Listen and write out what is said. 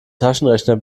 taschenrechner